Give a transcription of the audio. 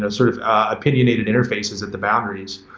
ah sort of opinionated interfaces of the boundaries.